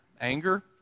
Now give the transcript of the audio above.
anger